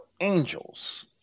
angels